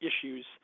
issues